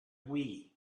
wii